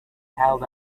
held